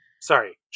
Sorry